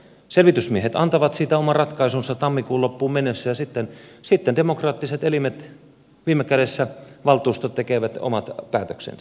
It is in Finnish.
selvitysmiehet antavat siitä oman ratkaisunsa tammikuun loppuun mennessä ja sitten demokraattiset elimet viime kädessä valtuustot tekevät omat päätöksensä